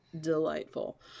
delightful